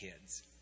kids